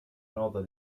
nota